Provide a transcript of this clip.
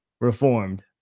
Reformed